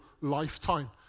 lifetime